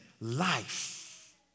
life